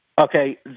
okay